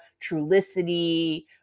Trulicity